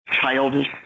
childish